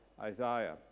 isaiah